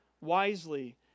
wisely